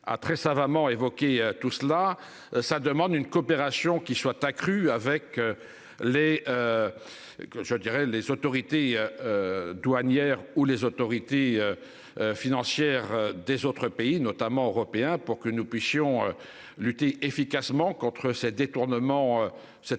A très savamment évoquer tout cela ça demande une coopération qui soit accrue avec. Les. Je dirais les autorités. Douanières où les autorités. Financières des autres pays, notamment européens pour que nous puissions. Lutter efficacement contre cette